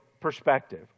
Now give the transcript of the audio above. perspective